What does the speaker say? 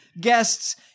guests